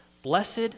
Blessed